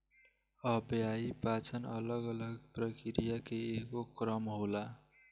अव्ययीय पाचन अलग अलग प्रक्रिया के एगो क्रम होला